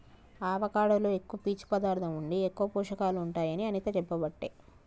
avocado లో ఎక్కువ పీచు పదార్ధం ఉండి ఎక్కువ పోషకాలు ఉంటాయి అని అనిత చెప్పబట్టే